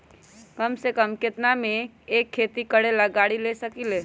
कम से कम केतना में हम एक खेती करेला गाड़ी ले सकींले?